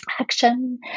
Action